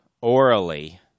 Orally